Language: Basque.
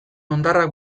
hondarrak